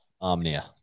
Omnia